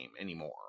anymore